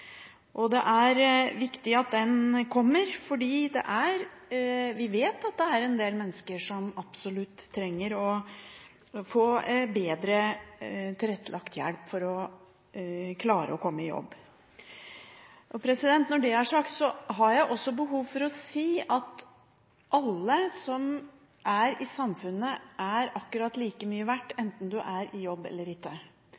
arbeid. Det er viktig at den kommer, for vi vet at det er en del mennesker som absolutt trenger å få bedre tilrettelagt hjelp for å klare å komme i jobb. Når det er sagt, har jeg også behov for å si at alle i samfunnet er akkurat like mye verdt,